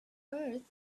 earth